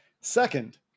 second